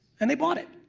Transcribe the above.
and they bought it.